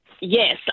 Yes